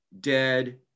dead